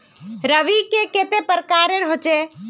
रवि के कते प्रकार होचे?